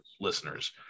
listeners